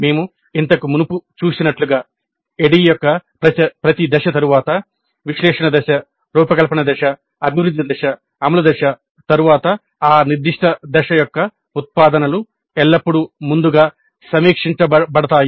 మేము ఇంతకు మునుపు చూసినట్లుగా ADDIE యొక్క ప్రతి దశ తరువాత విశ్లేషణ దశ రూపకల్పన దశ అభివృద్ధి దశ అమలు దశ తరువాత ఆ నిర్దిష్ట దశ యొక్క ఉత్పాదనలు ఎల్లప్పుడూ ముందుగా సమీక్షించబడతాయి